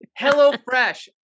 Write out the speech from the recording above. HelloFresh